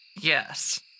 Yes